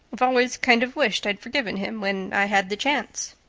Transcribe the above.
i've always kind of wished i'd forgiven him when i had the chance.